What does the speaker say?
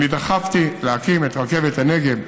אני דחפתי להקים את רכבת הנגב,